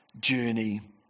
journey